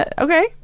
Okay